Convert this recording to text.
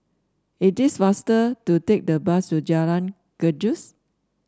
it is faster to take the bus to Jalan Gajus